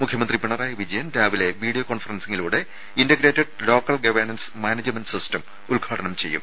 മുഖ്യമന്ത്രി പിണറായി വിജയൻ രാവിലെ വീഡിയോ കോൺഫ്രൻസിലൂടെ integrated local governance management system ഉദ്ഘാടനം ചെയ്യും